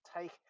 take